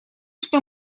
что